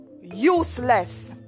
useless